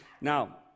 Now